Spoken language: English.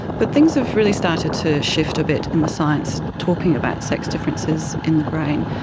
but things have really started to shift a bit in the science talking about sex differences in the brain.